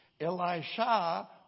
Elisha